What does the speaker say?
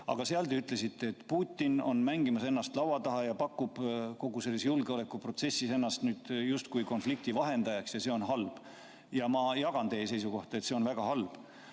Aga seal te ütlesite, et Putin on mängimas ennast laua taha ja pakub kogu selles julgeolekuprotsessis ennast nüüd justkui konflikti vahendajaks ja see on halb. Ma jagan teie seisukohta, et see on väga halb.